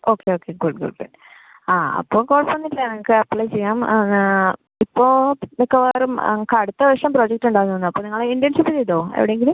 okay okay good good good ആ അപ്പോൾ കുഴപ്പമൊന്നുമില്ല നിങ്ങൾക്ക് അപ്ലൈ ചെയ്യാം ഇപ്പോൾ മിക്കവാറും ഞങ്ങൾക്ക് അടുത്ത വർഷം പ്രൊജക്റ്റ് ഉണ്ടാവും അപ്പോൾ നിങ്ങള് ഇന്റേൺഷിപ് ചെയ്തോ എവിടെങ്കിലും